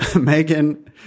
Megan